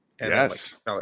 Yes